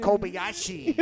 Kobayashi